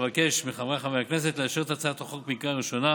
אבקש מחבריי חברי הכנסת לאשר את הצעת החוק בקריאה ראשונה